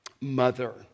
mother